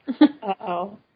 Uh-oh